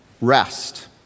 rest